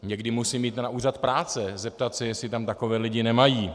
Někdy musím jít na úřad práce se zeptat, jestli tam takové lidi nemají.